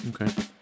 Okay